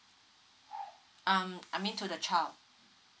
um I mean to the child